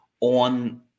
on